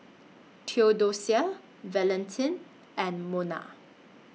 Theodocia Valentin and Mona